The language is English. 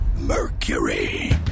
Mercury